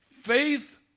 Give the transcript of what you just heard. Faith